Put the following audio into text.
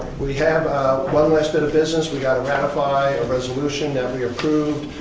we have one last bit of business. we've got to ratify a resolution that we approved